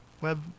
web